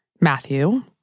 Matthew